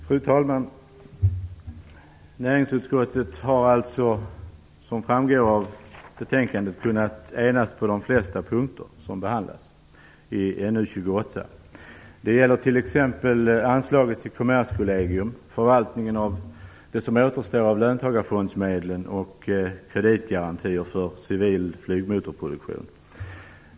Fru talman! Näringsutskottet har, som framgår av betänkandet, kunnat enas på de flesta punkter i NU28. Det gäller t.ex. anslaget till Kommerskollegium, förvaltningen av det som återstår av löntagarfondsmedlen och kreditgarantier för civil flygmotorproduktion.